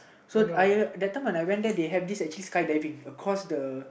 so I that time when I went there they have this actually skydiving across the